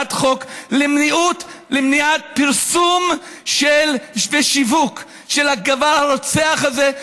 הצעת חוק למניעת פרסום ושיווק של הדבר הרוצח הזה,